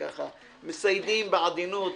מסיידים בעדינות.